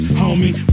homie